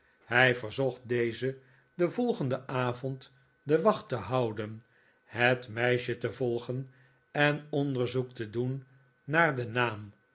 hij verzocht dezen den volgenden avond de wacht te houden het meisje te volgen en onderzoek te doen naar den naam